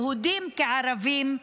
יהודים כערבים.